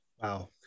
wow